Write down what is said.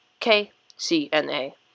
KCNA